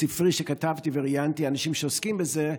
בספר שכתבתי ראיינתי אנשים שעוסקים בזה,